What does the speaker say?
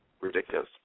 ridiculous